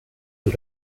del